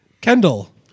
Kendall